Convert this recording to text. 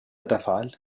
تفعل